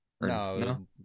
No